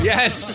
Yes